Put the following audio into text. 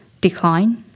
decline